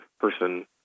person